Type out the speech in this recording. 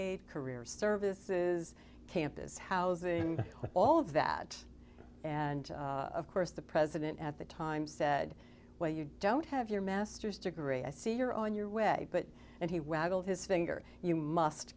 aid career services campus housing and all of that and of course the president at the time said well you don't have your master's degree i see you're on your way but and he wagged his finger you must